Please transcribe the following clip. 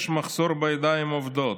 יש מחסור בידיים עובדות,